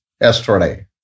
yesterday